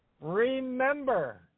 Remember